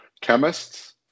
chemists